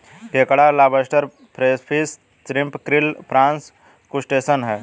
केकड़ा lobster crayfish shrimp krill prawns crustacean है